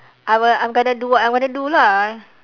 I will I'm gonna do what I'm wanna do lah